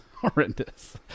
horrendous